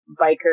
biker